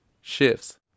shifts